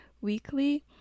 weekly